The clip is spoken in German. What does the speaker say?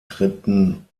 dritten